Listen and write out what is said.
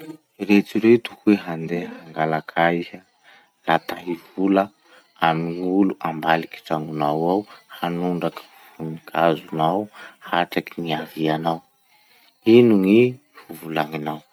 Eritrereto hoe handeha hangalakay iha la ta hivola amy gn'olo ambaliky tragnonao ao hanondraky voninkazonao hatraky gn'iavinao. Ino gny hovolagninao?